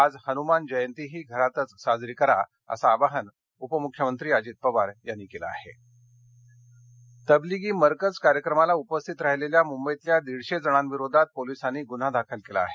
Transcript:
आज हनूमान जयंतीही घरातच साजरी करा असं आवाहन उपमुख्यमंत्री अजीत पवार यांनी केलं आहे तबलिगी गन्हे तबलिगी मरकज कार्यक्रमाला उपस्थित राहिलेल्या मुंबईतल्या दीडशे जणांविरोधात पोलिसांनी गुन्हा दाखल केला आहे